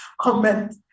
comment